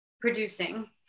producing